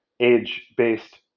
Age-based